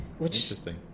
Interesting